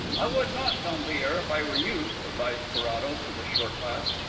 i would not, dompierre, if i were you, advised carrados, with a short laugh.